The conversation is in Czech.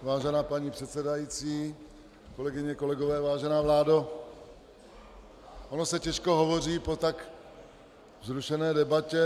Vážená paní předsedající, kolegyně, kolegové, vážená vládo, ono se těžko hovoří po tak vzrušené debatě.